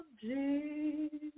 Jesus